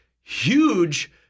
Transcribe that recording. huge